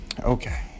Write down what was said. okay